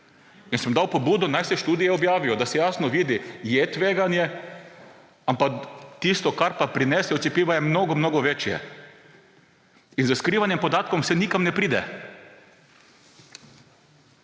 In sem dal pobudo, naj se študije objavijo, da se jasno vidi – je tveganje, tisto, kar pa prinese cepivo, je mnogo mnogo večje. In s skrivanjem podatkov se nikamor ne pride.